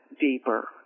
deeper